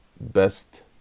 best